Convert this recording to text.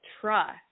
trust